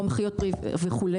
כמו מחיות פרי וכו',